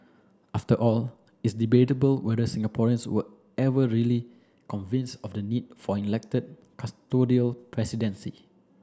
after all it's debatable whether Singaporeans were ever really convinced of the need for an elected custodial presidency